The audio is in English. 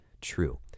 true